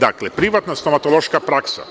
Dakle, privatna stomatološka praksa